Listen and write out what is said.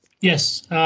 Yes